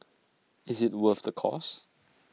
is IT worth the cost